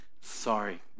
Sorry